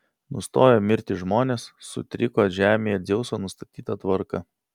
nustojo mirti žmonės sutriko žemėje dzeuso nustatyta tvarka